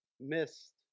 missed